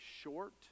short